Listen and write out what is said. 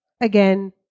Again